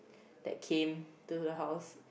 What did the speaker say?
that came to her house